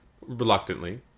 reluctantly